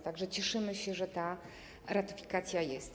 Tak że cieszymy się, że ta ratyfikacja jest.